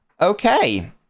Okay